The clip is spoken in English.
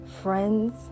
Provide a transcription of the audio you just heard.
friends